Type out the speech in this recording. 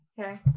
Okay